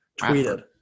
tweeted